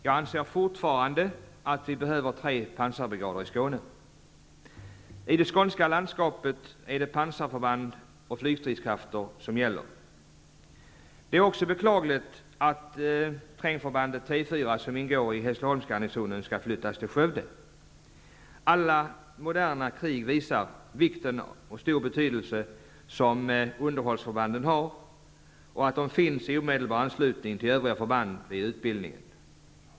Jag anser fortfarande att vi behöver tre pansarbrigader i Skåne. I det skånska landskapet är det pansarförband och flygstridskrafter som gäller. Det är också beklagligt att trängförbandet T 4, som ingår i Hässleholmsgarnisonen, skall flyttas till Skövde. Alla moderna krig visar den vikt och betydelse som underhållsförbanden har. Det är viktigt att de finns i omedelbar anslutning till övriga förband vid utbildningen.